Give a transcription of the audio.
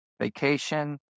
vacation